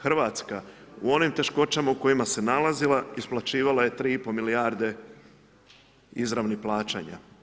Hrvatska u onim teškoćama u kojima se nalazila isplaćivala je 3 i pol milijarde izravnih plaćanja.